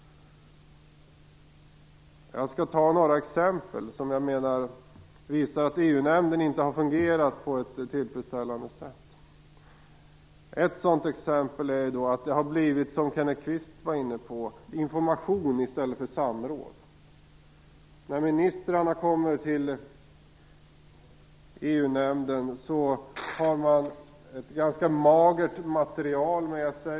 Jag skall nämna några exempel som jag menar visar att EU-nämnden inte har fungerat på ett tillfredsställande sätt. Ett sådant exempel är det som Kenneth Kvist var inne på - det har blivit information i stället för samråd. När ministrarna kommer till EU-nämnden har de ett ganska magert material med sig.